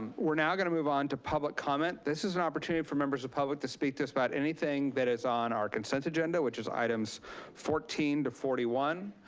we're now gonna move onto public comment. this is an opportunity for members of the public to speak to us about anything that is on our consent agenda, which is items fourteen to forty one,